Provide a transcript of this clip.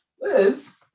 Liz